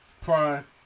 Prime